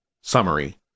Summary